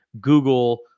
Google